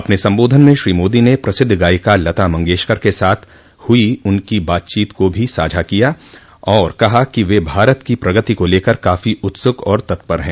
अपने संबोधन में श्री मोदी ने प्रसिद्ध गायिका लता मंगेशकर के साथ हई अपनी बातचीत को भी साझा किया और कहा कि वे भारत की प्रगति को लेकर काफी उत्सुक और तत्पर हैं